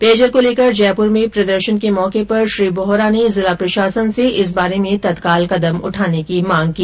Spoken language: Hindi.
पेयजल को लेकर जयपुर में प्रदर्शन के मौके पर श्री बोहरा ने जिला प्रशासन से इस बारे में तत्काल कदम उठाने की मांग की